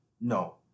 no